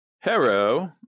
Hero